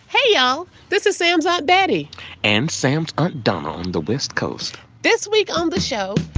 hey, y'all. this is sam's aunt betty and sam's aunt donna on the west coast this week on the show,